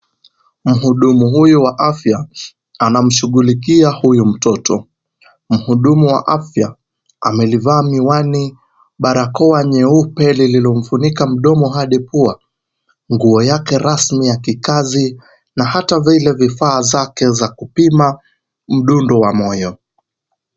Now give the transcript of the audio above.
Mhudumu huyu wa afya anamshughulikia huyu mtoto. Mhudumu wa afya amelivaa miwani, barakoa nyeupe lililomfunika mdomo hadi pua, nguo yake rasmi ya kikazi na hata vile vifaa zake za kupima mdundo wa moyo.